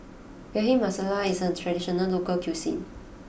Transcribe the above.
Bhindi Masala is a traditional local cuisine